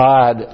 God